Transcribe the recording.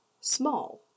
small